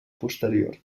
posterior